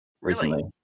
recently